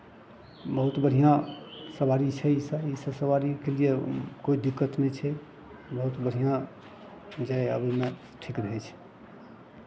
बहुत बढ़िआँ सवारी छै इसभ इसभ सवारीके लिए कोइ दिक्कत नहि छै बहुत बढ़िआँ जाय आबयमे ठीक रहै छै